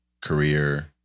career